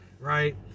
right